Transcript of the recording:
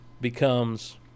becomes